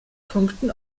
punkten